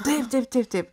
taip taip taip